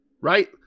right